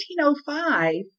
1905